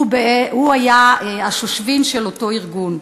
הוא היה השושבין של אותו ארגון.